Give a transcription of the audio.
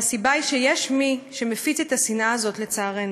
והסיבה היא שיש מי שמפיץ את השנאה הזאת, לצערנו.